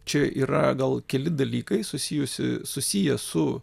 čia yra gal keli dalykai susijusi susiję su